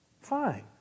Fine